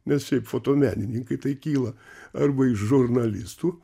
nes šiaip fotomenininkai tai kyla arba iš žurnalistų